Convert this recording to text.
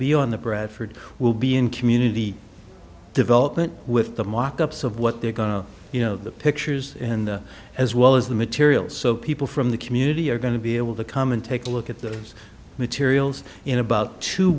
be on the bradford will be in community development with the mock ups of what they're going to you know the pictures and as well as the materials so people from the community are going to be able to come and take a look at those materials in about two